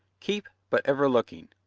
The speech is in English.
keep but ever looking,